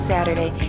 Saturday